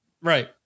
right